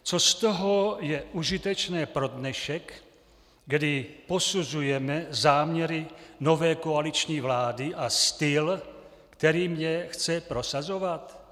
Co z toho je užitečné pro dnešek, kdy posuzujeme záměry nové koaliční vlády a styl, kterým je chce prosazovat?